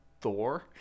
Thor